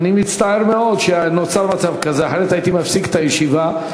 אני רציתי להפסיק את הישיבה,